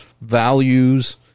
values